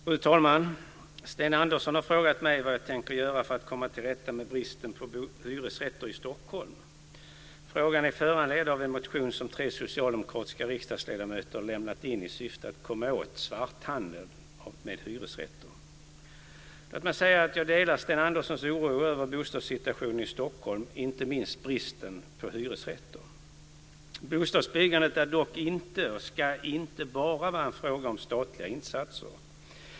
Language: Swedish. Fru talman! Sten Andersson har frågat mig vad jag tänker göra för att komma till rätta med bristen på hyresrätter i Stockholm. Frågan är föranledd av en motion som tre socialdemokratiska riksdagsledamöter har väckt i syfte att komma åt svarthandeln med hyresrätter. Låt mig säga att jag delar Sten Anderssons oro över bostadssituationen i Stockholm, inte minst bristen på hyresrätter. Bostadsbyggandet är dock inte, och ska inte, bara vara en fråga om statliga insatser.